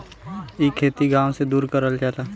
इ खेती गाव से दूर करल जाला